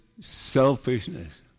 selfishness